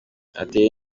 ateye